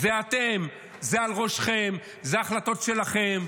זה אתם, זה על ראשכם, אלה החלטות שלכם.